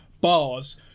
bars